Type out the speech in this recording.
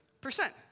percent